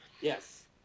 Yes